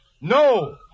No